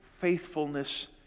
faithfulness